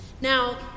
Now